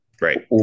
Right